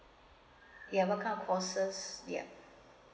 ya what kind of courses yup